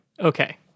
Okay